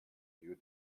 rio